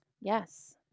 Yes